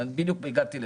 בדיוק הגעתי לזה.